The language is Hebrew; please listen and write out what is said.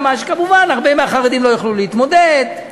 מובן שהרבה מהחרדים לא יוכלו להתמודד,